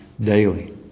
daily